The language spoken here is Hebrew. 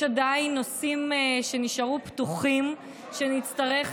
יש עדיין נושאים שנשארו פתוחים ונצטרך